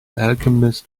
alchemist